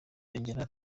yongeraho